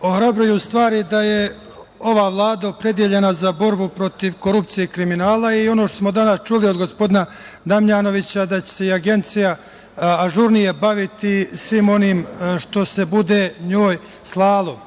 Ohrabruju stvari da je ova Vlada opredeljena za borbu protiv korupcije i kriminala i ono što smo danas čuli od gospodina Damjanovića, da će se Agencija ažurnije baviti svim onim što se bude njoj slalo.